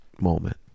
moment